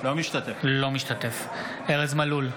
אינו משתתף בהצבעה ארז מלול,